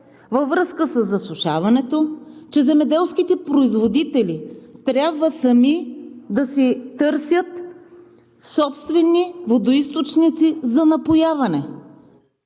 във връзка със засушаването, че земеделските производители трябва сами да си търсят собствени водоизточници за напояване.